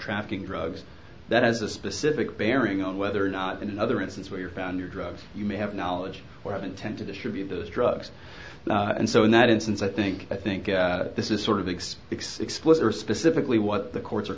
trafficking drugs that has a specific bearing on whether or not in another instance where you found your drugs you may have knowledge or an intent to distribute those drugs and so in that instance i think i think this is sort of x x explicit or specifically what the courts